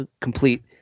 complete